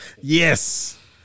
Yes